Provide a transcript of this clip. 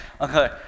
Okay